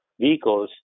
vehicles